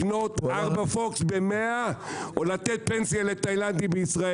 לקנות ארבע פוקס ב-100 או לתת פנסיה לתאילנדי בישראל?